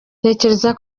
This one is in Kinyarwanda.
ntekereza